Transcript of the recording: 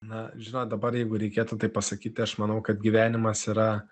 na žinot dabar jeigu reikėtų taip pasakyti aš manau kad gyvenimas yra